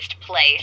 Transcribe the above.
place